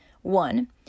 One